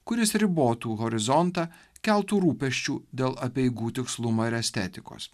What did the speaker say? kuris ribotų horizontą keltų rūpesčių dėl apeigų tikslumo ir estetikos